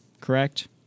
correct